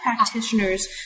practitioners